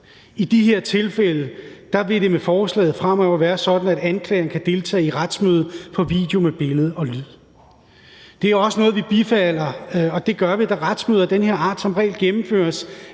I de her tilfælde vil det med forslaget fremover være sådan, at anklageren kan deltage i retsmødet på video med billede og lyd. Det er også noget, vi bifalder, og det gør vi, da retsmøder af den her art som regel gennemføres